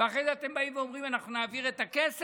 אחרי זה אתם באים ואומרים: אנחנו נעביר את הכסף.